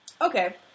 Okay